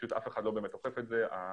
אף אחד לא אוכף את זה באמת.